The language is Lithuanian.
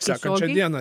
sekančią dieną